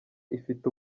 ifite